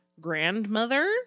grandmother